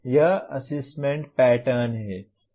यह assessment pattern है